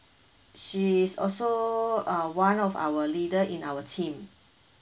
she's also uh one of our leader in our team